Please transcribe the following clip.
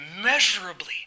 immeasurably